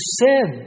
sin